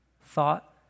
thought